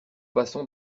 passons